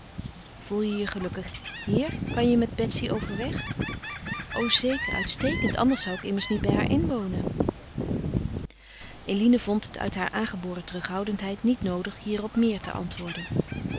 voel je je gelukkig hier kan je met betsy overweg o zeker uitstekend anders zou ik immers niet bij haar inwonen eline vond het uit haar aangeboren terughoudendheid niet noodig hierop meer te antwoorden